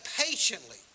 patiently